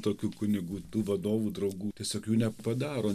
tokių kunigų tų vadovų draugų tiesiog jų nepadaro